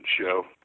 show